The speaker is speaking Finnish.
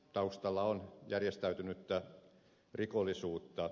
taustalla on järjestäytynyttä rikollisuutta